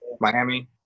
Miami